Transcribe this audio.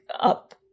up